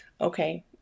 okay